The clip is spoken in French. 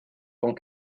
tant